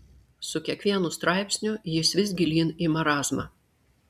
su kiekvienu straipsniu jis vis gilyn į marazmą